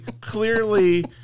clearly